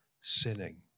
sinning